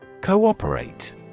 Cooperate